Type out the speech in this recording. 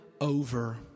over